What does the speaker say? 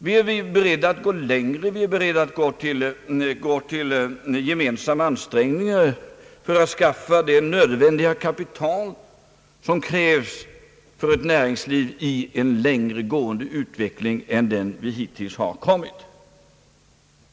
Vi är beredda att göra nya gemensamma ansträngningar för att skaffa det kapital som krävs för ett näringsliv i en längre gående utveckling än den vi hittills har uppnått.